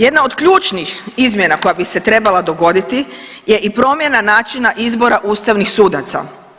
Jedna od ključnih izmjena koja bi se trebala dogoditi je i promjena načina izbora ustavnih sudaca.